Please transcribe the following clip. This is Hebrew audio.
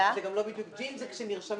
כרגע אין